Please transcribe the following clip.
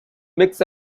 mix